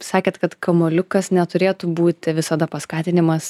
sakėt kad kamuoliukas neturėtų būti visada paskatinimas